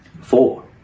four